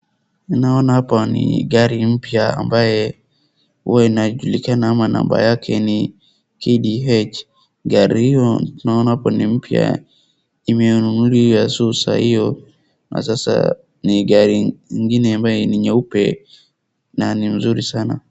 Naona hapa ni gari mpya ambaye hua inajulikana ama namba yake ni KDH.Gari hiyo tunaona hapo ni mpya. Imenunuliwa tu saa hiyo na sasa ni gari ingine ambaye ni nyeupe na ni mzuri sana.